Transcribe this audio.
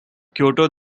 kyoto